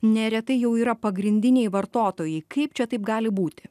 neretai jau yra pagrindiniai vartotojai kaip čia taip gali būti